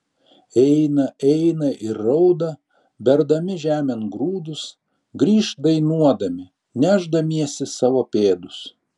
eina eina ir rauda berdami žemėn grūdus grįš dainuodami nešdamiesi savo pėdus